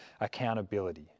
accountability